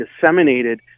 disseminated